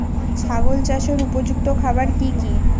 ছাগল চাষের উপযুক্ত খাবার কি কি?